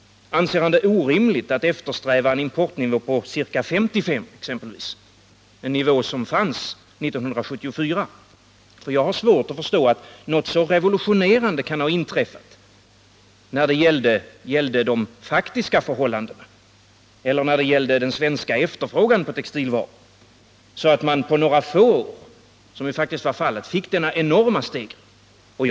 Anser han det orimligt att eftersträva en importnivå på exempelvis ca 55 96 — en nivå som vi hade år 1974? Jag har svårt att förstå att något så revolutionerande skulle ha inträffat i de faktiska förhållandena eller i den svenska efterfrågan på textilvaror att man på några få år — som varit fallet — skulle behöva få denna enorma stegring.